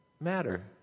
matter